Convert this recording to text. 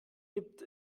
gibt